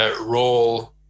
role